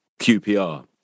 QPR